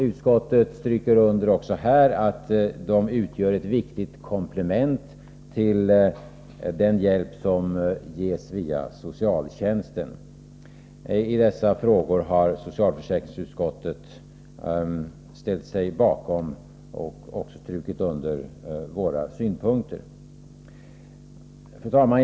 Utskottet stryker under också här att organisationerna utgör ett viktigt komplement till den hjälp som ges via socialtjänsten. I dessa frågor har socialförsäkringsutskottet ställt sig bakom och också strukit under våra synpunkter. Fru talman!